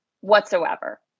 whatsoever